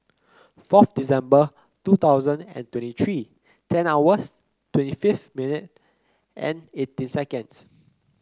fourth December two thousand and twenty three ten hours twenty fifth minute and eighteen seconds